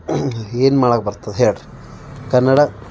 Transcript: ಏನು ಮಾಡೋಕೆ ಬರ್ತದ ಹೇಳ್ರಿ ಕನ್ನಡ